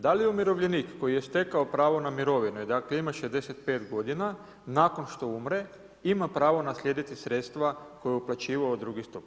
Da li umirovljenik koji je stekao pravo na mirovine dakle, ima 65 godina nakon što umre ima pravo naslijediti sredstva koja je uplaćivao u drugi stup?